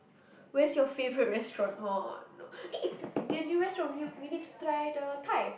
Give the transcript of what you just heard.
where's your favourite restaurant oh no eh the the new restaurant we need to we need to try the Thai